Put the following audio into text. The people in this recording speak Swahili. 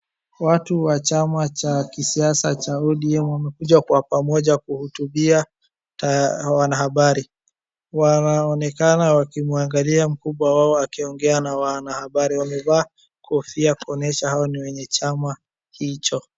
Watu wa chama cha kisiasa cha ODM wamekuja kwa pamoja kuhutubia wanahabari. Wanaonekana wakimwangalia mkubwa wao akiongea na wanahabari. Wamevaa kofia kuonyesha hao ni wanachama hicho.